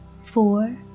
four